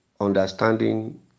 Understanding